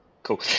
Cool